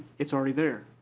it's already there.